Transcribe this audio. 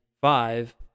five